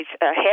ahead